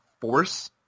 force